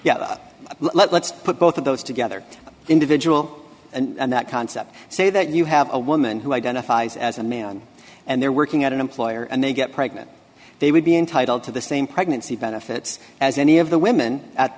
burke let's put both of those together individual and that concept say that you have a woman who identifies as a man and they're working at an employer and they get pregnant they would be entitled to the same pregnancy benefits as any of the women at